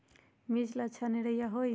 मिर्च ला अच्छा निरैया होई?